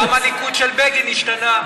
גם הליכוד של בגין השתנה.